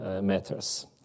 matters